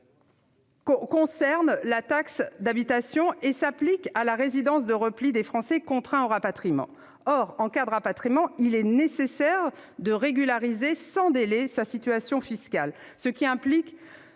concerne la THRS et s'applique à la résidence de repli des Français contraints au rapatriement. Or, en cas de rapatriement, il est nécessaire de régulariser sans délai sa situation fiscale, ce qui implique